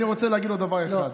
ואני רוצה להגיד לו דבר אחד.